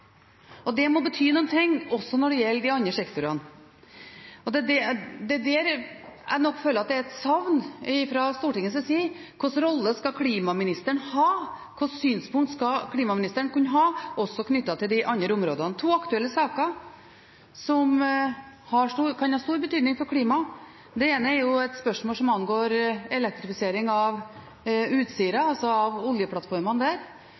Det må bety noe også når det gjelder de andre sektorene. Jeg føler at dette nok er et savn fra Stortingets side: Hva slags rolle skal klimaministeren ha? Hva slags synspunkt skal klimaministeren kunne ha – også knyttet til de andre områdene? Det er to aktuelle saker som kan ha stor betydning for klimaet. Det ene er et spørsmål som angår elektrifisering av Utsira